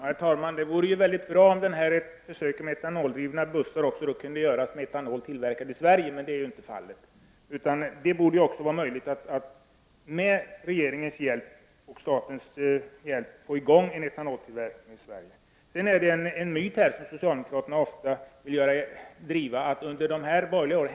Herr talman! Det vore väldigt bra om försöket med etanoldrivna bussar också skulle göras med etanol tillverkad i Sverige, men så är inte fallet. Det borde vara möjligt att med regeringens och statens hjälp få i gång etanoltillverkning i Sverige. Det är en myt, som socialdemokraterna ofta vill göra gällande, att det inte hände någonting under de borgerliga åren.